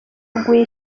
aguye